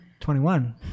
21